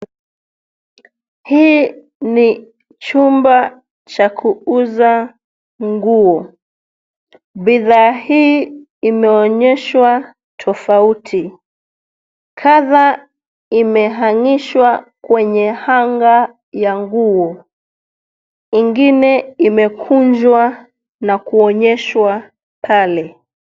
Hii ni chumba cha kuuza nguo. Bidhaa hii imeonyeshwa tofauti. Kadhaa imehangishwa kwenye hanger ya nguo. Ingine imekunjwa na kuonyeshwa pale.